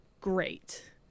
great